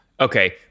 Okay